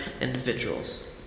individuals